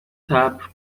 صبر